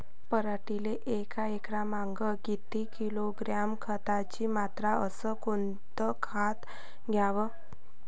पराटीले एकरामागं किती किलोग्रॅम खताची मात्रा अस कोतं खात द्याव?